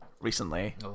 recently